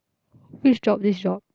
which job this job